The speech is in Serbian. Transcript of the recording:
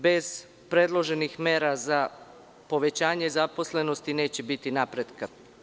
Bez predloženih mera za povećanje zaposlenosti neće biti napretka.